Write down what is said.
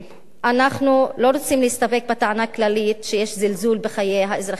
אנחנו לא רוצים להסתפק בטענה הכללית שיש זלזול בחיי האזרחים הערבים.